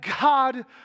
God